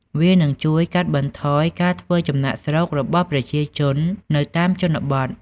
វានឹងជួយកាត់បន្ថយការធ្វើចំណាកស្រុករបស់ប្រជាជននៅតាមជនបទ។